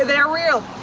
they're real.